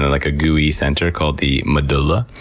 then like a gooey center called the medulla.